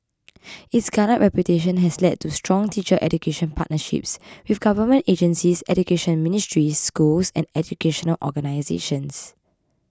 its garnered reputation has led to strong teacher education partnerships with government agencies education ministries schools and educational organisations